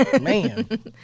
Man